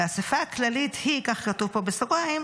והאספה הכללית היא, כך כתוב פה בסוגריים,